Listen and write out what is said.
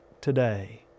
today